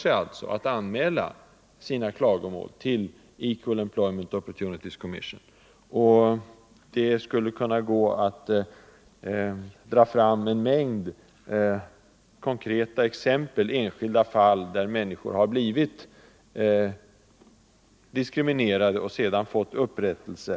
Det lönar sig att anmäla sina klagomål till Equal Employment Torsdagen den Opportunities Commission. Det skulle vara möjligt att dra fram en mängd 28 november 1974 enskilda fall där människor har blivit diskriminerade och sedan fått upprättelse.